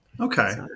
Okay